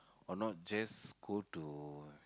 or not just go to